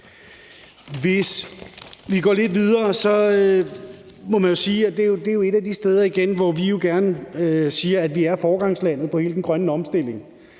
Hvis vi går lidt videre, må man jo sige, at det igen er et af de steder, hvor vi gerne siger, at vi er et foregangsland med hensyn til hele den grønne omstilling.